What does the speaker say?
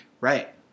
Right